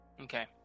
Okay